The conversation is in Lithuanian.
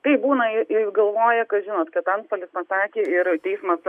taip būna jis galvoja kad žinot kad antpuolį pasakė ir teismas